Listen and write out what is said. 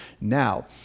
Now